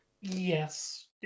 Yes